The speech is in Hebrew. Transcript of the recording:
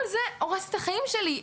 כל זה הורס את החיים שלי.